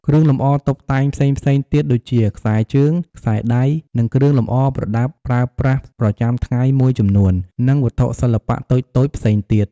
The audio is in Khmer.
គ្រឿងលម្អតុបតែងផ្សេងៗទៀត ដូចជា ខ្សែជើង, ខ្សែដៃ និងគ្រឿងលម្អប្រដាប់ប្រើប្រាស់ប្រចាំថ្ងៃមួយចំនួន និងវត្ថុសិល្បៈតូចៗផ្សេងទៀត។